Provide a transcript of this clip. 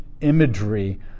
imagery